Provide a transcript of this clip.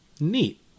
Neat